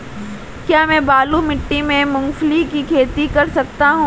क्या मैं बालू मिट्टी में मूंगफली की खेती कर सकता हूँ?